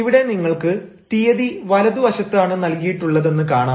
ഇവിടെ നിങ്ങൾക്ക് തീയതി വലതുവശത്താണ് നൽകിയിട്ടുള്ളതെന്ന് കാണാം